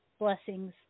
blessings